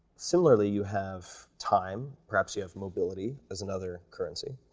similarly, you have time. perhaps you have mobility as another currency,